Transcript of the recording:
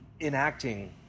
enacting